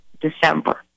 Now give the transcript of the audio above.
December